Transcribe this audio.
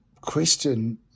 question